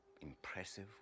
impressive